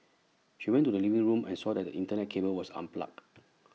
she went to the living room and saw that the Internet cable was unplugged